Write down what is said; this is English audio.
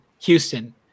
Houston